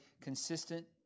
consistent